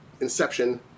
inception